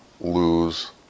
lose